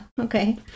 okay